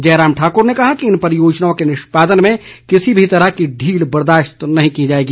जयराम ठाकुर ने कहा कि इन परियोजनाओं के निष्पादन में किसी भी तरह की ढील बर्दाशत नहीं की जाएगी